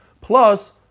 plus